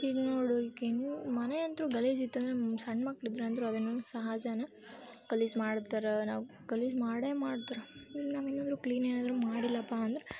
ಈಗ ನೋಡು ಈಗ ಹೆಂಗೆ ಮನೆ ಅಂತು ಗಲೀಜು ಇತ್ತಂದ್ರೆ ನಿಮ್ಗೆ ಸಣ್ಣ ಮಕ್ಳು ಇದ್ರಂದ್ರೆ ಅದು ನಿಮ್ಗೆ ಸಹಜನೇ ಗಲೀಜು ಮಾಡ್ತಾರೆ ನಾವು ಗಲೀಜು ಮಾಡೇ ಮಾಡ್ತಾರೆ ಈಗ ನಾವು ಏನಾದ್ರು ಕ್ಲೀನ್ ಏನಾದ್ರೂ ಮಾಡಲಿಲ್ಲಪ್ಪ ಅಂದ್ರೆ